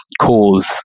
cause